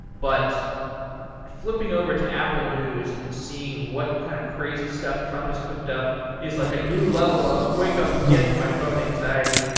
but flipping over to apple news and seeing what kind of crazy stuff trump has cooked up is like a new level of wake up, get to my phone anxiety.